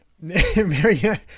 mary